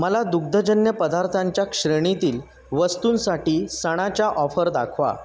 मला दुग्धजन्य पदार्थांच्या श्रेणीतील वस्तूंसाठी सणाच्या ऑफर दाखवा